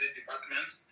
departments